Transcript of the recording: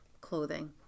clothing